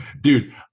dude